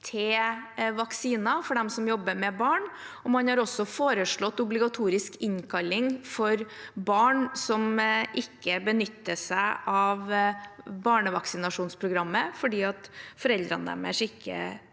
til vaksiner for dem som jobber med barn, og man har også foreslått obligatorisk innkalling for barn som ikke benytter seg av barnevaksinasjonsprogrammet, fordi foreldrene deres ikke